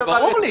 זה ברור לי.